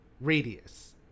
radius